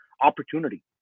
Opportunity